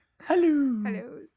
Hello